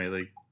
League